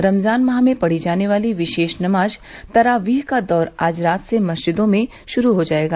रमजान माह में पढ़ी जाने वाले विशेष नमाज तरावीह का दौर आज रात से मस्जिदों में शुरू हो जायेगा